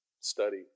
study